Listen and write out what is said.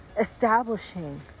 establishing